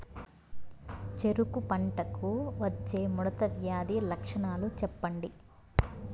చెరుకు పంటకు వచ్చే ముడత వ్యాధి లక్షణాలు చెప్పండి?